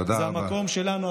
תודה רבה.